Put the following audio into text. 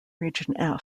region